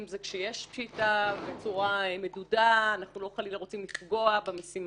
אם זה כשיש פשיטה בצורה מדודה אנחנו לא חלילה רוצים לפגוע במשימתיות,